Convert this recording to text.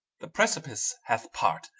the precipice hath part,